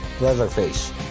Leatherface